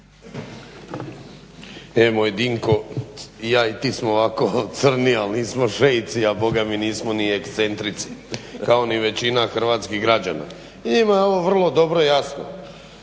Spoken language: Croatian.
E moj Dinko i ja i ti smo ovako crni, ali nismo šeici, a boga mi nismo ni ekscentrici kao ni većina hrvatskih građana. Njima je ovo vrlo dobro jasno